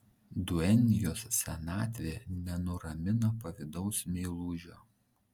duenjos senatvė nenuramina pavydaus meilužio